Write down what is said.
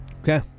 Okay